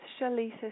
Shalita